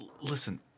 Listen